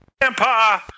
Grandpa